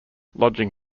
lodging